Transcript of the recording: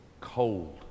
cold